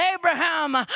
Abraham